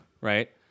Right